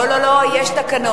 לא, לא, לא, יש תקנון.